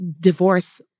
divorce